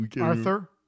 Arthur